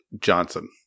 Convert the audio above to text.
johnson